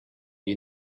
you